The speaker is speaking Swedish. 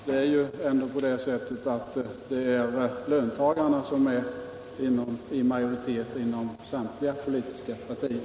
Det är ju ändå på det sättet att det är löntagarna som är i majoritet inom samtliga politiska partier.